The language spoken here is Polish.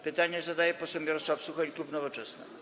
Pytanie zadaje poseł Mirosław Suchoń, klub Nowoczesna.